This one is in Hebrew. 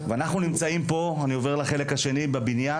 אני עובר לחלק השני בבניין,